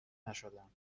نشدم